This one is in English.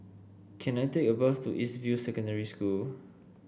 can I take a bus to East View Secondary School